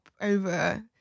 over